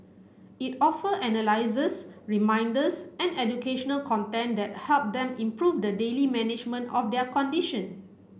it offer analyses reminders and educational content that help them improve the daily management of their condition